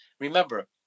remember